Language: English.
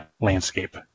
landscape